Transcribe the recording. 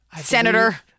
Senator